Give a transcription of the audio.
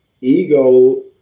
ego